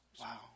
Wow